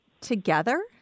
together